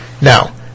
Now